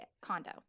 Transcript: condo